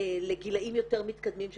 לגילאים יותר מתקדמים.